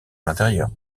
l’intérieur